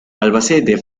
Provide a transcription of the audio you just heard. albacete